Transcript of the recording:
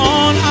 on